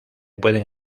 pueden